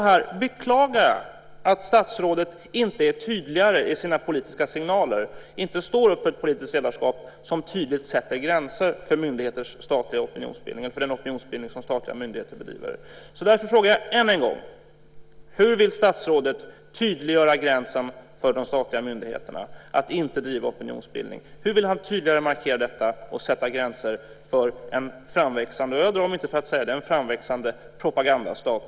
Här beklagar jag att statsrådet inte är tydligare i sina politiska signaler, inte står upp för ett politiskt ledarskap som tydligt sätter gränser för den opinionsbildning som statliga myndigheter bedriver. Därför frågar jag än en gång: Hur vill statsrådet tydliggöra gränsen för de statliga myndigheterna att inte driva opinionsbildning? Hur vill han tydligare markera detta och sätta gränser för en framväxande - jag drar mig inte för att säga det - propagandastat?